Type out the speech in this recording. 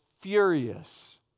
furious